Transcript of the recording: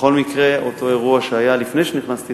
בכל מקרה, אותו אירוע, שהיה לפני שנכנסתי